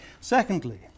secondly